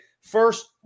first